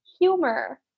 humor